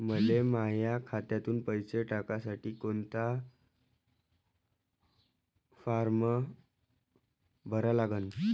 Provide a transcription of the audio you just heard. मले माह्या खात्यात पैसे टाकासाठी कोंता फारम भरा लागन?